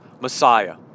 Messiah